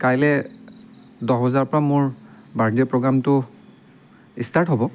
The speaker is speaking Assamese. কাইলৈ দহ বজাৰপৰা মোৰ বাৰ্থডে' প্ৰ'গ্ৰামটো ইষ্টাৰ্ট হ'ব